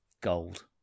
gold